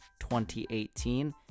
2018